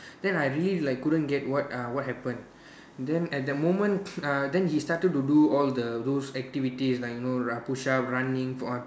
then I really like couldn't get what uh what happen then at that moment uh then he started to do the all the those activities like you know ru~ push up running for